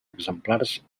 exemplars